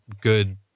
good